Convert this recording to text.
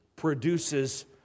Produces